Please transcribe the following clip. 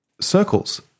circles